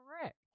Correct